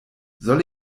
soll